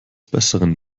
besseren